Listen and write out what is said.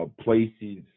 places